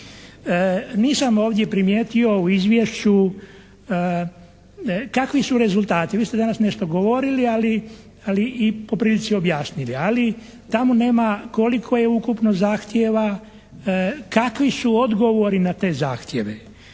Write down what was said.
Nisam ovdje primijetio u Izvješću kakvi su rezultati, vi ste danas nešto govorili ali, i po prilici objasnili, ali tamo nema koliko je ukupno zahtjeva, kakvi su odgovori na te zahtjeve.